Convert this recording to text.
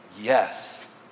Yes